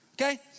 okay